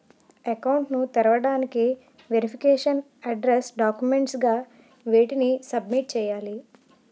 Account ను తెరవటానికి verification address documents గా వేటిని సబ్మిట్ చేయాలి?